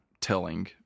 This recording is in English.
telling